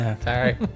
Sorry